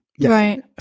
Right